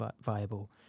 viable